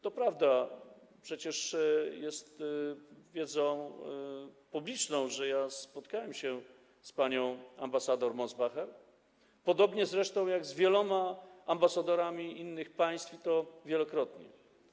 To prawda, przecież jest wiedzą publiczną, że spotkałem się z panią ambasador Mosbacher, podobnie zresztą jak z wieloma ambasadorami innych państw, i to wielokrotnie.